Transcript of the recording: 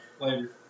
later